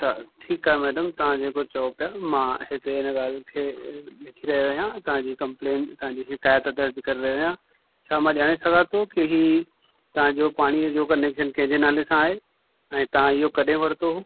त ठीकु आहे मैडम तव्हां जेको चओ पिया मां हिते हिन ॻाल्हि खे लिखी रहियो आहियां तव्हांजी कंप्लेट तव्हांजी शिकाइति दर्ज़ु करे रहियो आहियां छा मां ॼाणे सघां थो कि हीअं तव्हांजो पाणीअ जो कनेक्शन कंहिंजे नाले सां आहे ऐं तव्हां इहो कॾहिं वरितो हो